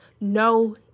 No